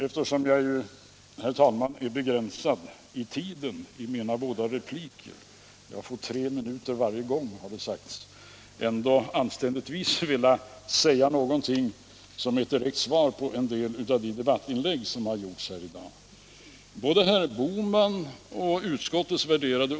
Eftersom jag har begränsad tid i mina båda repliker — jag får tre minuter varje gång, har det sagts — bör jag nu anständigtvis vilja säga någonting som kan utgöra ett direkt svar på en del av de debattinlägg som har gjorts här i dag.